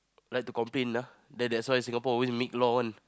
like to complain ah that that's why Singapore always make law one